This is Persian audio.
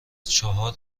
چهار